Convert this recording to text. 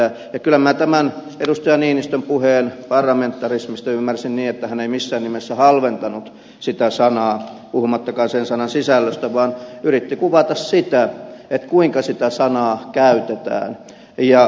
kyllä minä tämän edustaja niinistön puheen parlamentarismista ymmärsin niin että hän ei missään nimessä halventanut sitä sanaa puhumattakaan sen sanan sisällöstä vaan yritti kuvata sitä kuinka sitä sanaa käytetään hyvin tarkoituksenhakuisesti